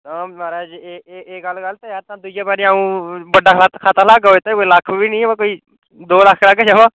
तां महाराज एह् एह् एह् गल्ल गल्त ऐ यार तां दुइयै बारी अऊं बड्डा खाता खाता खलागा जेह्दे च लक्ख बी नि ब कोई दो लक्ख करागा ज'मां